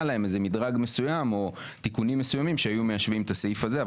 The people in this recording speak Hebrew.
להם איזה מדרג מסוים או תיקונים מסוימים שהיו מיישבים את הסעיף הזה,